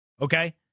okay